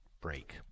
break